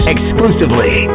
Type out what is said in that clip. Exclusively